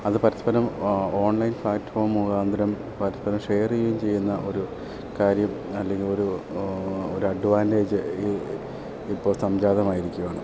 അത് പരസ്പരം online platform മുഖാന്തരം പരസ്പരം ഷെയർ ചെയ്യുകയും ചെയ്യുന്ന ഒരു കാര്യം അല്ലെങ്കിൽ ഒരു ഒരു അഡ്വാൻട്ടേജ് ഇപ്പോൾ സംജാതമായിരിക്കുവാണ്